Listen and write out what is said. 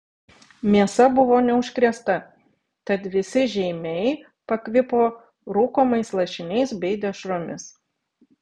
mėsa buvo neužkrėsta tad visi žeimiai pakvipo rūkomais lašiniais bei dešromis